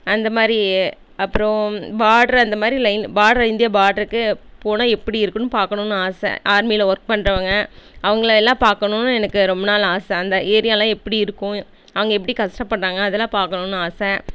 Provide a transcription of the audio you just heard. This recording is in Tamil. அந்த மாதிரி அப்புறம் பார்ட்ரு அந்த மாதிரி பார்டர் இந்தியா பார்டருக்கு போனால் எப்படி இருக்கும்ன்னு பார்க்கணுன்னு ஆசை ஆர்மியில் ஒர்க் பண்ணுறவங்க அவங்களயெல்லாம் பார்க்கணுன்னு எனக்கு ரொம்ப நாள் ஆசை அந்த ஏரியாலாம் எப்படி இருக்கும் அங்கே எப்படி கஷ்டப்படுறாங்க அதெல்லாம் பார்க்கணுன்னு ஆசை